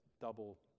double